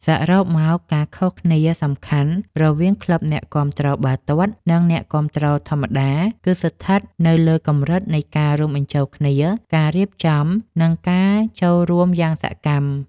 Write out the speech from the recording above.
សរុបមក ការខុសគ្នាសំខាន់រវាងក្លឹបអ្នកគាំទ្របាល់ទាត់ និងអ្នកគាំទ្រធម្មតា គឺស្ថិតនៅលើកម្រិតនៃការរួមបញ្ចូលគ្នា ការរៀបចំ និងការចូលរួមយ៉ាងសកម្ម។